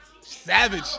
Savage